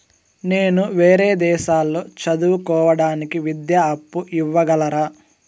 నేను వేరే దేశాల్లో చదువు కోవడానికి విద్యా అప్పు ఇవ్వగలరా?